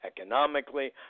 economically